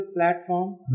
platform